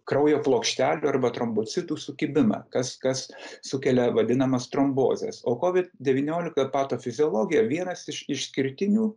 kraujo plokštelių arba trombocitų sukibimą kas kas sukelia vadinamas trombozes o kovid devyniolika patofiziologijoj vienas iš išskirtinių